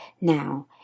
Now